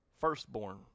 firstborn